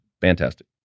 fantastic